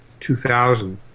2000